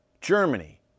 Germany